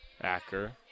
Acker